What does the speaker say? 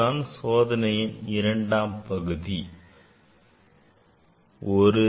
இதுதான் சோதனையின் இரண்டாம் பகுதி ஆகும்